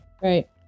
Right